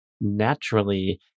naturally